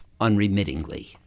unremittingly